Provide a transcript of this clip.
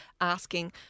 asking